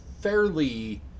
fairly